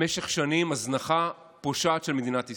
במשך שנים, הזנחה פושעת של מדינת ישראל.